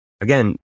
again